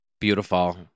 Beautiful